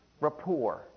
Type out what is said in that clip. rapport